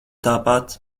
tāpat